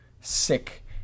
sick